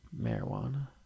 marijuana